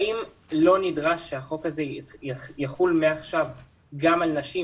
האם לא נדרש שהחוק הזה יחול מעכשיו גם על נשים?